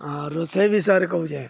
ଆ ରୋଷେଇ ବିଷୟରେ କହୁଛେଁ